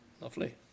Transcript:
lovely